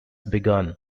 begun